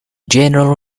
general